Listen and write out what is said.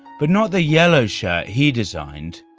but not the yellow shirt he designed,